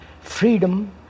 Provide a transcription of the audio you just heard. freedom